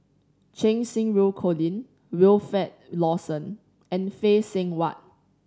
Cheng Xinru Colin Wilfed Lawson and Phay Seng Whatt